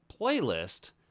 playlist